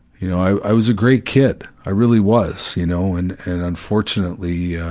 you know, i was a great kid, i really was, you know, and, and unfortunately, yeah